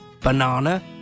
banana